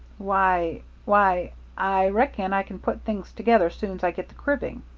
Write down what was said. why why i reckon i can put things together soon's i get the cribbing.